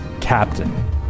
captain